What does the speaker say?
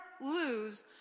lose